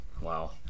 wow